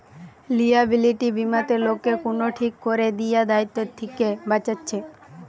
liability বীমাতে লোককে কুনো ঠিক কোরে দিয়া দায়িত্ব থিকে বাঁচাচ্ছে